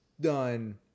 done